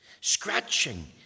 scratching